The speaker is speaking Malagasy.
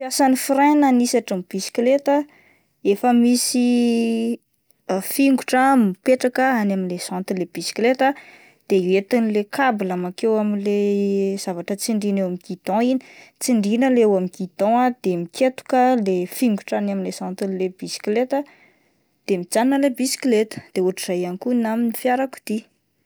Fiasan'ny frein na ny hisatry ny bisikileta efa misy fingotra mipetraka any amin'le jantin'ilay bisikileta de hoentin'ilay kabla makeo amin'le zavatra tsindriana eo amin'ny gidon iny, tsindrina le eo amin'ny gidon ah de miketoka le fingotra any amin'le jantin'le bisikileta ah de mijanona ilay bisikileta, de ohatran'izay ihany koa ny amin'ny fiarakodia.